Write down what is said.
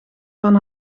van